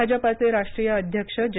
भाजपाचे राष्ट्रीय अध्यक्ष जे